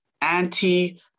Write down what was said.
anti